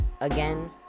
again